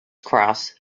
cross